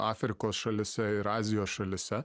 afrikos šalyse ir azijos šalyse